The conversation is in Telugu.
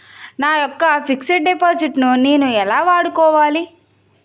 నా యెక్క ఫిక్సడ్ డిపాజిట్ ను నేను ఎలా వాడుకోవాలి?